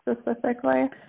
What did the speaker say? specifically